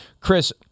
Chris